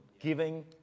Giving